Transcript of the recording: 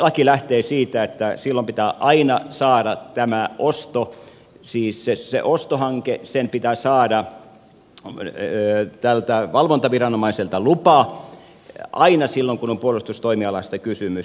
laki lähtee siitä että silloin pitää aina saada tämä puisto siisteys ja ostohanke tämän ostohankkeen saada tältä valvontaviranomaiselta lupa kun on puolustustoimialasta kysymys